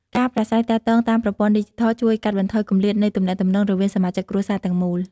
ការប្រាស្រ័យទាក់ទងតាមប្រព័ន្ធឌីជីថលជួយកាត់បន្ថយគម្លាតនៃទំនាក់ទំនងរវាងសមាជិកគ្រួសារទាំងមូល។